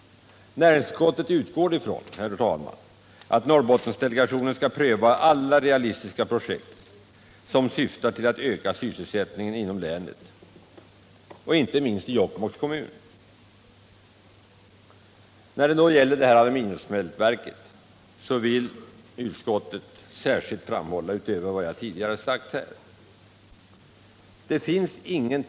Näringsutskottet utgår ifrån att Norrbottensdelegationen skall pröva alla realistiska projekt som syftar till att öka sysselsättningen inom länet, inte minst i Jokkmokks kommun. När det gäller det föreslagna aluminiumsmältverket vill utskottet utöver vad jag tidigare sagt särskilt framhålla följande.